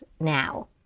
now